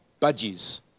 budgies